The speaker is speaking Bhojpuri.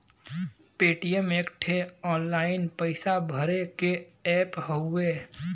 पेटीएम एक ठे ऑनलाइन पइसा भरे के ऐप हउवे